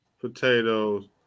potatoes